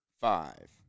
five